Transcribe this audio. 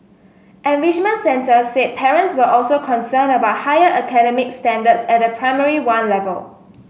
enrichment centres said parents were also concerned about higher academic standards at Primary One level